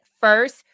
first